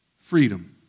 Freedom